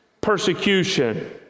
persecution